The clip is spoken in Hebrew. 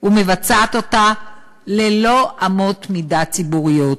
ומבצעת אותה ללא אמות מידה ציבוריות.